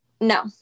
no